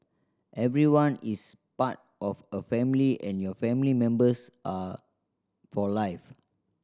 everyone is part of a family and your family members are for life